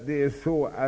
Herr talman!